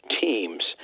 teams